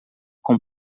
com